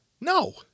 No